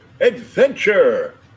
adventure